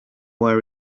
where